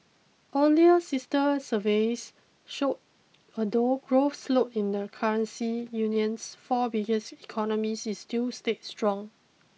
earlier sister surveys showed although growth slowed in the currency union's four biggest economies it still stayed strong